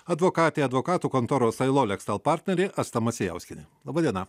advokatė advokatų kontoros ailoleksel partnerė asta macijauskienė laba diena